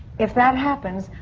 if that happens,